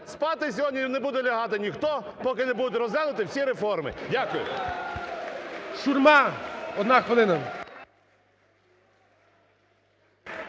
спаси сьогодні не буде лягати ніхто, поки не будуть розглянуті всі реформи. Дякую. ГОЛОВУЮЧИЙ. Шурма, одна хвилина.